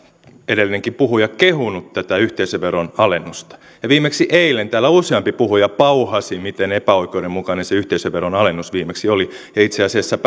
edellinenkin puhuja kehuneet tätä yhteisöveron alennusta ja viimeksi eilen täällä useampi puhuja pauhasi miten epäoikeudenmukainen se yhteisöveron alennus viimeksi oli ja itse asiassa